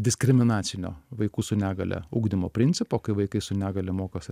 diskriminacinio vaikų su negalia ugdymo principo kai vaikai su negalia mokosi